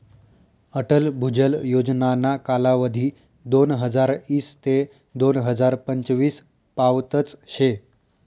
अटल भुजल योजनाना कालावधी दोनहजार ईस ते दोन हजार पंचवीस पावतच शे